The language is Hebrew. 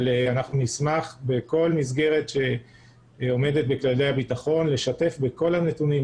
אבל אנחנו נשמח בכל מסגרת שעומדת בכללי הביטחון לשתף בכל הנתונים.